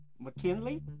McKinley